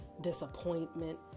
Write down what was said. disappointment